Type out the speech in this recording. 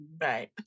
Right